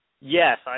Yes